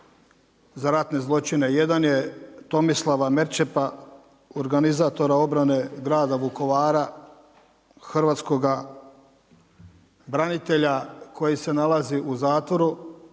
za ratne zločine. Jedan je Tomislava Merčepa, organizatora obrane grada Vukovara, hrvatskoga branitelja, koji se nalazi u zatvoru